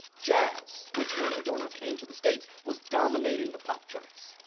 jazz, which when adorno came to the states was dominating the pop charts.